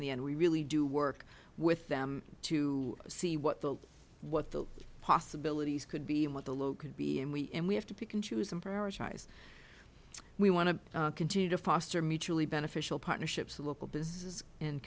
in the end we really do work with them to see what the what the possibilities could be and what the low can be and we and we have to pick and choose them prioritize we want to continue to foster mutually beneficial partnerships local businesses and